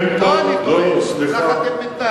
לא אני טועה, ככה אתם מתנהגים.